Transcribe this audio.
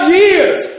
years